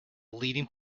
leading